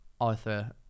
Arthur